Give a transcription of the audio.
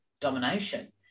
domination